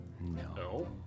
No